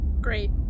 Great